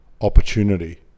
opportunity